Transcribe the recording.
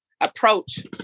approach